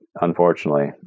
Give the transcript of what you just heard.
unfortunately